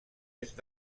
est